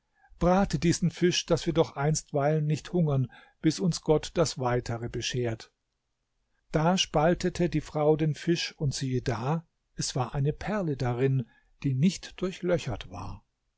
brate diesen fisch daß wir doch einstweilen nicht hungern bis uns gott das weitere beschert da spaltete die frau den fisch und siehe da es war eine perle darin die nicht durchlöchert war